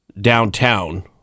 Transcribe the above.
downtown